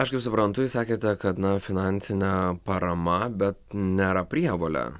aš kaip suprantu jūs sakėte kad na finansinė parama bet nėra prievolė